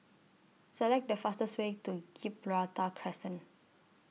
Select The fastest Way to Gibraltar Crescent